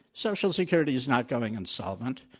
social security is not going insolvent.